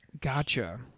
Gotcha